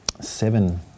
seven